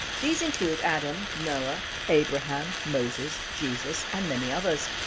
these include adam, noah, abraham, moses, jesus and many others.